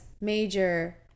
major